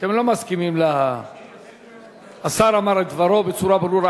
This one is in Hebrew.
אתם לא מסכימים, השר אמר את דברו בצורה ברורה.